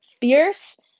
fierce